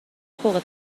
فوق